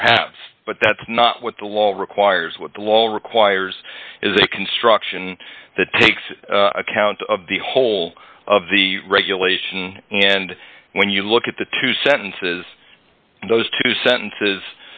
perhaps but that's not what the law requires what the wall requires is a construction that takes account of the whole of the regulation and when you look at the two sentences in those two sentences